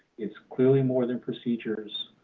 it's clearly more than procedures.